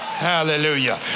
Hallelujah